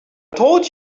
told